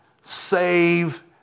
save